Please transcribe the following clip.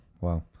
Wow